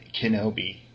Kenobi